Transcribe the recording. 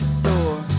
store